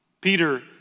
Peter